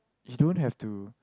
you don't have too